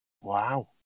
wow